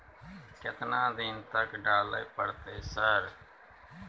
केतना दिन तक डालय परतै सर?